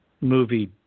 movie